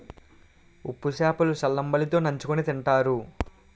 ఉప్పు సేప లు సల్లంబలి తో నంచుకుని తింతారు